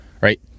Right